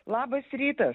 labas rytas